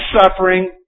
suffering